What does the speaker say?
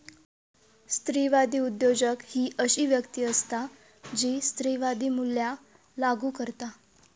स्त्रीवादी उद्योजक ही अशी व्यक्ती असता जी स्त्रीवादी मूल्या लागू करता